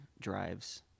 drives